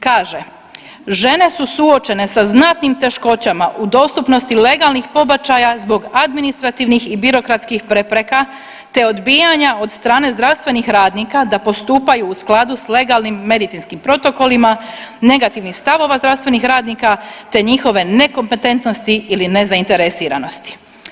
Kaže, žene su suočene sa znatnim teškoćama u dostupnosti legalnih pobačaja zbog administrativnih i birokratskih prepreka te odbijanja od strane zdravstvenih radnika da postupaju u skladu s legalnim medicinskim protokolima, negativnih stavova zdravstvenih radnika te njihove nekompetentnosti ili nezainteresiranosti.